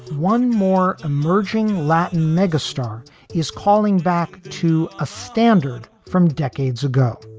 one more emerging latin megastar is calling back to a standard from decades ago,